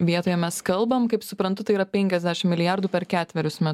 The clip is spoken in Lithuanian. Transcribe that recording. vietoje mes kalbam kaip suprantu tai yra penkiasdešim milijardų per ketverius me